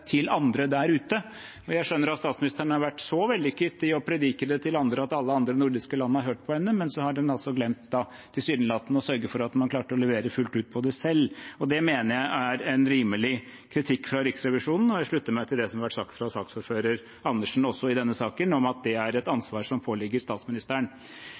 til andre der ute. Jeg skjønner at statsministeren har vært så vellykket i å predike det til andre at alle andre nordiske land har hørt på henne, men så har hun altså tilsynelatende glemt å sørge for at man klarte å levere fullt ut på det selv. Det mener jeg er en rimelig kritikk fra Riksrevisjonen, og jeg slutter meg til det som har vært sagt av saksordfører Andersen også i denne saken, om at det er et ansvar som påligger statsministeren.